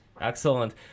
Excellent